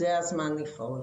זה הזמן לפעול.